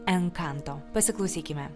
enkanto pasiklausykime